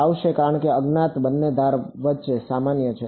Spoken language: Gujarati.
આવશે કારણ કે અજ્ઞાત બંને ધાર વચ્ચે સામાન્ય છે